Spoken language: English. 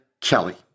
Kelly